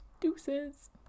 deuces